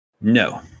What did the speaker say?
No